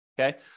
okay